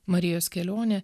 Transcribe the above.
marijos kelionė